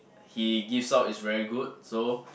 he gives out is very good so